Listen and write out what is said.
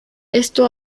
esto